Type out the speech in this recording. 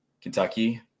Kentucky